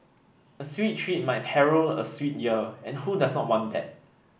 a sweet treat might herald a sweet year and who does not want that